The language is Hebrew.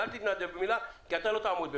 אבל אל תיתנו עדיפות לחיות על